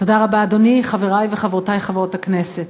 תודה רבה, אדוני, חברי וחברותי חברות הכנסת,